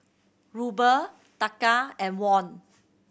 Ruble Taka and Won